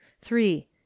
three